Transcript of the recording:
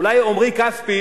אולי עמרי כספי,